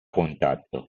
contatto